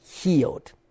healed